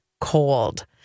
cold